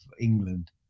England